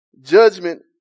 judgment